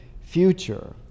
future